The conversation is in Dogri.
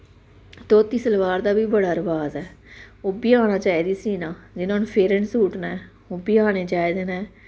धोती सलवार दा बी बड़ा रवाज़ ऐ ओह् बी आना चाहिदी सीना जियां हून फेरन सूट न ओह् बी आने चाहिदे न